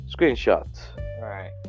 Screenshot